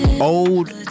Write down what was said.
Old